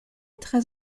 très